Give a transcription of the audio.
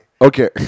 Okay